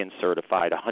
certified